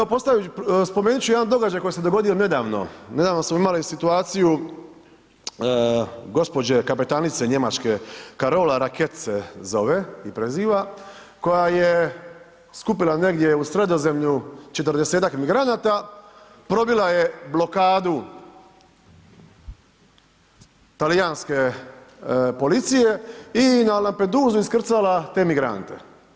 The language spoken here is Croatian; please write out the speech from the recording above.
S druge strane, evo spomenuti ću jedan događaj koji se dogodio nedavno, nedavno smo imali situaciju gospođe kapetanice Njemačke Carola Racket se zove i preziva koja je skupila negdje u Sredozemlju 40-ak migranata, probila je blokadu talijanske policije i na Lampedusu iskrcala te migrante.